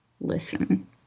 listen